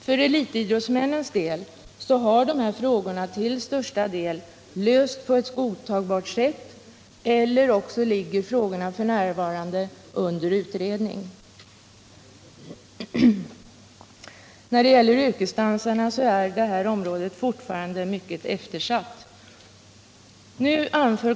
För elitidrottsmännen har dessa problem till största delen lösts på ett godtagbart sätt eller också ligger frågorna f. n. under utredning. Men när det gäller yrkesdansarna är detta område fortfarande mycket eftersatt.